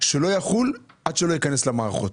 שלא יחול עד שלא ייכנס למערכות.